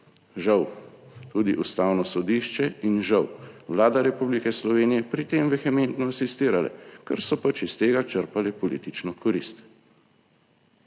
žal tudi Ustavno sodišče in žal Vlada Republike Slovenije, pri tem vehementno asistirale, ker so pač iz tega črpale politično korist.